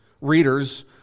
readers